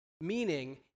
Meaning